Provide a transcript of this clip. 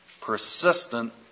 persistent